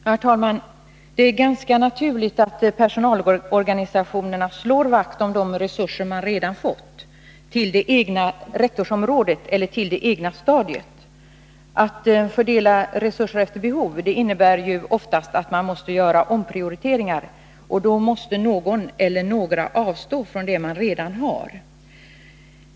Herr talman! Det är ganska naturligt att personalorganisationerna slår vakt om de reurser de redan har fått till det egna rektorsområdet eller det egna stadiet. Att fördela resurserna efter behov innebär ju oftast att man måste göra omprioriteringar. Därmed måste någon eller några avstå från vad de redan har.